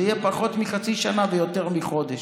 זה יהיה פחות מחצי שנה ויותר מחודש.